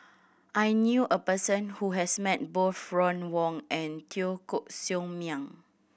I knew a person who has met both Ron Wong and Teo Koh Sock Miang